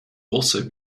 also